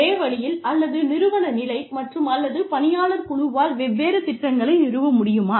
ஒரே வழியில் அல்லது நிறுவன நிலை மற்றும் அல்லது பணியாளர் குழுவால் வெவ்வேறு திட்டங்களை நிறுவ முடியுமா